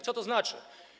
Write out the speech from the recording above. Co to znaczy?